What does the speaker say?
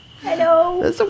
Hello